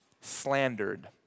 slandered